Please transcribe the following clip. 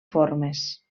formes